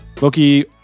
Loki